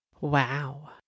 Wow